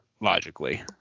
logically